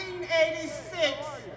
1986